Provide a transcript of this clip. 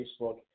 Facebook